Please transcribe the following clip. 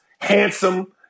handsome